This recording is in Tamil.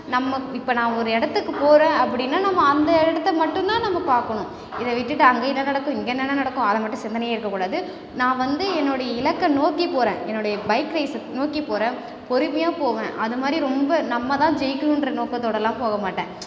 நம்ம இப்ப நான் ஒரு இடத்துக்குப் போறேன் அப்படின்னா நம்ம அந்த இடத்தை மட்டும்தான் நம்ம பார்க்கணும் இதை விட்டுவிட்டு அங்கே என்ன நடக்கும் இங்கே என்னென்ன நடக்கும் அதை மட்டும் சிந்தனையே இருக்கக்கூடாது நான் வந்து என்னுடைய இலக்கை நோக்கிப் போகிறேன் என்னுடைய பைக் ரேஸை நோக்கிப் போகிறேன் பொறுமையாக போவேன் அதுமாதிரி ரொம்ப நம்மதான் ஜெயிக்கணும்ற நோக்கத்தோடெலாம் போக மாட்டேன்